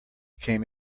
came